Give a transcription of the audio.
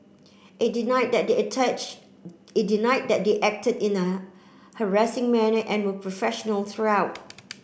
it denied that they attach it denied that they acted in a harassing manner and were professional throughout